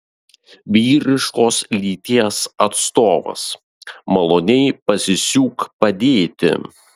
vyriškos lyties atstovas maloniai pasisiūk padėti